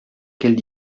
quelle